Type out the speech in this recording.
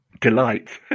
delight